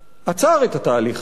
עצר את התהליך הזה.